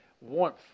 warmth